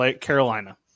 Carolina